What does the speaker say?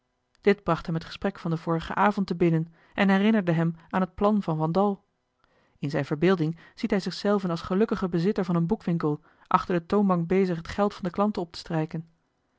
bracht hem het gesprek van den vorigen avond te binnen en herinnerde hem aan het plan van van dal in zijne verbeelding ziet hij zich zelven als gelukkigen bezitter van een boekwinkel achter de toonbank bezig het geld van de klanten op te strijken